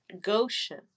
Goshen